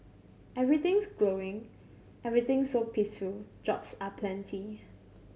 everything's glowing everything's so peaceful jobs are plenty